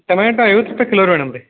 tomato ಐವತ್ತು ರೂಪಾಯಿ kilo ರೀ ಮೇಡಮ್ ರೀ